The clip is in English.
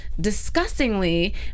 disgustingly